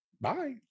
Bye